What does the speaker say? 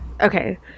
Okay